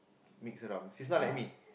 mix around she's not like me